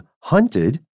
hunted